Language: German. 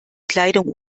kleidung